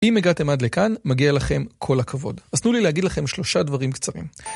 אם הגעתם עד לכאן, מגיע לכם כל הכבוד. אז תנו לי להגיד לכם שלושה דברים קצרים.